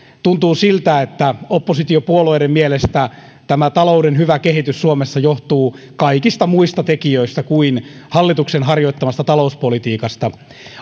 tuntuu siltä että oppositiopuolueiden mielestä tämä talouden hyvä kehitys suomessa johtuu kaikista muista tekijöistä kuin hallituksen harjoittamasta talouspolitiikasta